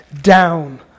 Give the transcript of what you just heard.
down